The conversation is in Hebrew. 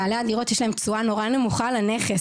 בעלי הדירות שיש להם תשואה "נורא נמוכה" על הנכס,